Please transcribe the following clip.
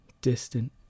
distant